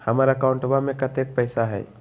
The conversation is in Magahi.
हमार अकाउंटवा में कतेइक पैसा हई?